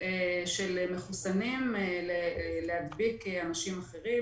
של מחוסנים להדביק אנשים אחרים,